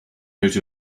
out